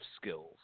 skills